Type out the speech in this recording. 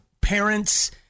parents